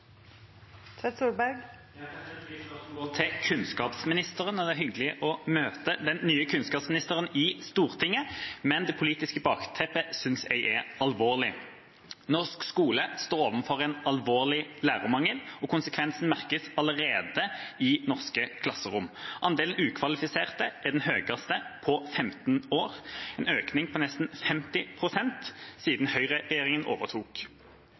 spørsmål går til kunnskapsministeren. Det er hyggelig å møte den nye kunnskapsministeren i Stortinget, men det politiske bakteppet synes jeg er alvorlig. Norsk skole står overfor en alvorlig lærermangel, og konsekvensene merkes allerede i norske klasserom. Andelen ukvalifiserte er den høyeste på 15 år, en økning på nesten 50 pst. siden høyreregjeringen overtok.